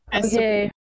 Okay